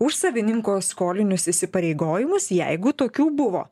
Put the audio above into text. už savininko skolinius įsipareigojimus jeigu tokių buvo